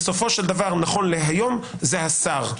בסופו של דבר נכון להיום זה השר.